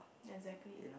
exactly